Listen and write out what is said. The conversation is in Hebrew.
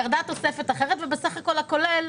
ירדה תוספת אחרת ובסך הכול הכולל